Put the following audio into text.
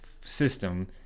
system